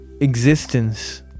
existence